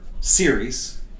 series